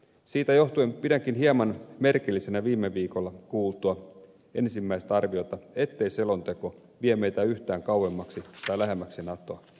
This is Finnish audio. siitä johtuen pidänkin hieman merkillisenä viime viikolla kuultua ensimmäistä arviota ettei selonteko vie meitä yhtään kauemmaksi tai lähemmäksi natoa